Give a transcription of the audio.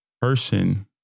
person